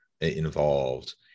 involved